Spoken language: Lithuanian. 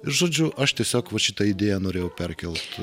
žodžiu aš tiesiog vat šitą idėją norėjau perkelt